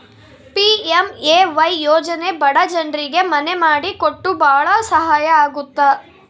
PMAY ಯೋಜನೆ ಬಡ ಜನ್ರಿಗೆ ಮನೆ ಮಾಡಿ ಕೊಟ್ಟು ಭಾಳ ಸಹಾಯ ಆಗುತ್ತ